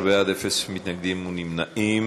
ובכן, 13 בעד, אין מתנגדים ואין נמנעים.